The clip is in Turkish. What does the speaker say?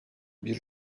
bir